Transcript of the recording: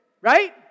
right